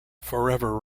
forever